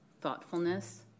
thoughtfulness